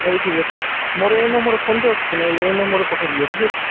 ହଉ ଠିକ୍ ଅଛି ମୋର ଏହି ନମ୍ବରରେ ଫୋନପେ ଅଛି କି ନାଇଁ ଏହି ନମ୍ବରରେ ପଠାଇ ଦିଅ ଠିକ୍ ଅଛି